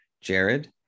Jared